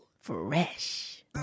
Fresh